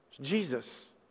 Jesus